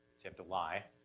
you have to lie,